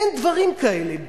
אין דברים כאלה.